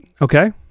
Okay